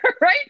Right